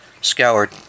scoured